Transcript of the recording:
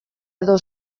edo